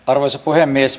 arvoisa puhemies